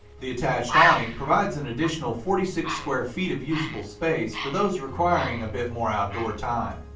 the attached awning provides an additional forty six square feet of usable space for those requiring a bit more outdoor time.